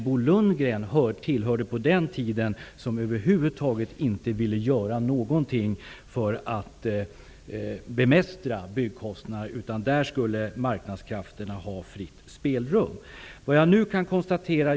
Bo Lundgren tillhörde på den tiden dem som över huvud taget inte ville göra något för att bemästra byggkostnaderna. Där skulle marknadskrafterna ha fritt spelrum. Jag har bara detta inlägg kvar.